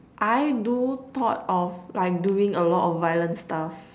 I do thought of like doing a lot of violent stuff